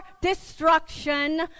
destruction